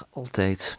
altijd